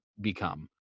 become